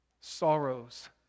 sorrows